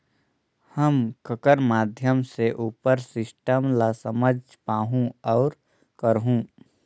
हम ककर माध्यम से उपर सिस्टम ला समझ पाहुं और करहूं?